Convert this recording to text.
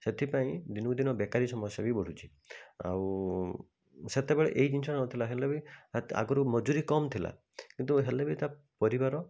ସେଥିପାଇଁ ଦିନକୁ ଦିନ ବେକାରୀ ସମସ୍ୟା ବି ବଢ଼ୁଛି ଆଉ ସେତେବେଳେ ଏଇ ଜିନିଷଟା ନଥିଲା ହେଲେ ବି ଆଗରୁ ମଜୁରୀ କମ୍ ଥିଲା କିନ୍ତୁ ହେଲେବି ତା ପରିବାର